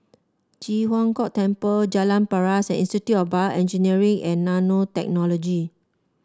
Ji Huang Kok Temple Jalan Paras and Institute of BioEngineering and Nanotechnology